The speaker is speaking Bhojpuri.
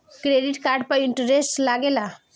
क्रेडिट कार्ड पर इंटरेस्ट लागेला?